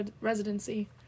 residency